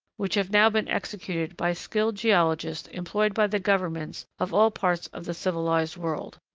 which have now been executed by skilled geologists employed by the governments of all parts of the civilised world.